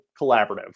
collaborative